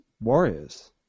Warriors